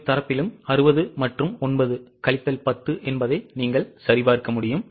இரு பக்கமும் 60 மற்றும் 9 கழித்தல் 10 என்பதை நீங்கள் சரிபார்க்கலாம்